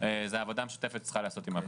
צריך לעשות בעבודה משותפת עם הות"ת.